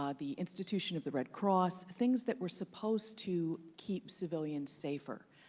um the institution of the red cross, things that were supposed to keep civilians safer,